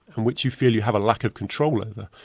and which you feel you have a lack of control over.